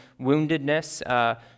woundedness